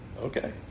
Okay